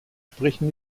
sprechen